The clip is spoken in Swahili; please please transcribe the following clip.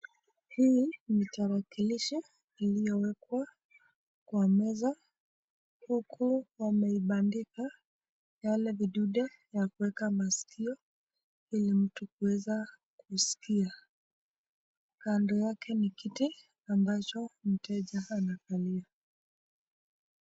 Hii ni dawakalisha iliyowekwa kwa meza huku wameibandika yale vidude ya kuweka masikio ili mtu kuweza kusikia. Kando yake ni kiti ambacho mteja anakalia.